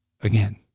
again